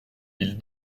mille